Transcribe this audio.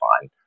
fine